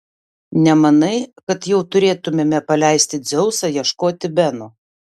nemanai kad jau turėtumėme paleisti dzeusą ieškoti beno